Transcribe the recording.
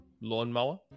lawnmower